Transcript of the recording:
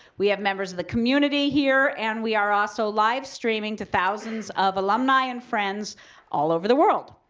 we have members of the community here and we are also live streaming to thousands of alumni and friends all over the world.